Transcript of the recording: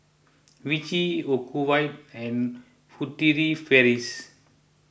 Vichy Ocuvite and Furtere Paris